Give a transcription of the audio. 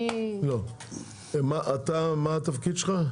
מה התפקיד שלך?